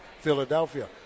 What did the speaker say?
Philadelphia